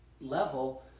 level